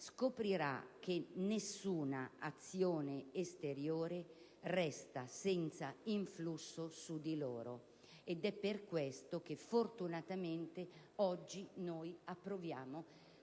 scoprirà che nessuna azione esteriore resta senza influsso su di loro. È per questo che fortunatamente oggi noi approviamo